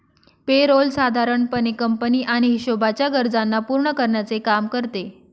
पे role साधारण पणे company आणि हिशोबाच्या गरजांना पूर्ण करण्याचे काम करते